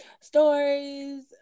stories